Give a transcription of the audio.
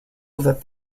that